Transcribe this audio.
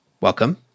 Welcome